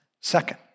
second